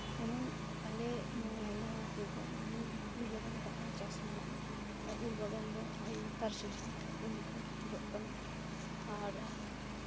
ᱡᱮᱢᱚᱱ ᱟᱞᱮ ᱱᱚᱣᱟ ᱢᱟᱞᱫᱟ ᱦᱚᱱᱚᱛ ᱨᱮᱫᱚ ᱡᱮᱢᱚᱱ ᱩᱞ ᱵᱟᱜᱟᱱ ᱨᱮᱱᱟᱜ ᱦᱚᱸ ᱪᱟᱥ ᱢᱮᱱᱟᱜᱼᱟ ᱩᱞ ᱵᱟᱜᱟᱱ ᱫᱚ ᱱᱮᱛᱟᱨ ᱥᱤᱡᱤᱱ ᱩᱞ ᱠᱚ ᱡᱚᱜ ᱠᱟᱱᱟ ᱟᱨ